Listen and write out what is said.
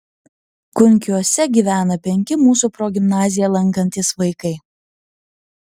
kunkiuose gyvena penki mūsų progimnaziją lankantys vaikai